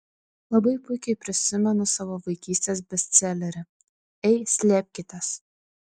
labai puikiai prisimenu savo vaikystės bestselerį ei slėpkitės